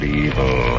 evil